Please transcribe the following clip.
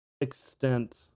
extent